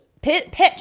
Pitch